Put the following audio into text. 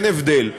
אין הבדל.